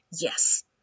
yes